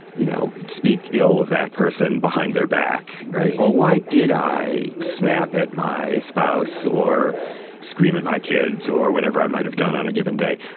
you know speak ill of that person behind their back? or why did i snap at my spouse? or scream at my kids, or whatever i might have done on a given day.